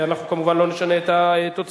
ואנחנו כמובן לא נשנה את התוצאות,